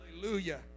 Hallelujah